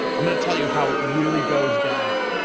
i'm going to tell you how it really goes down.